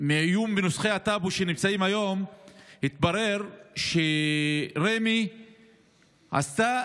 מעיון בנסחי הטאבו שנמצאים היום התברר שרמ"י עשתה